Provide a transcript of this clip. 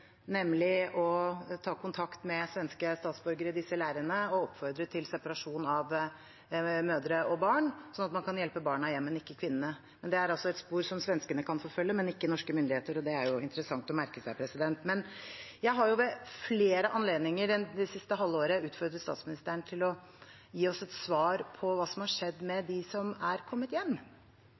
nemlig å ta kontakt med svenske statsborgere i disse leirene og oppfordre til separasjon av mødre og barn, slik at man kan hjelpe barna hjem, men ikke kvinnene. Det er altså et spor som svenskene kan forfølge, men ikke norske myndigheter, og det er det interessant å merke seg. Jeg har ved flere anledninger det siste halvåret utfordret statsministeren til å gi oss et svar på hva som har skjedd med dem som har kommet hjem.